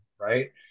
right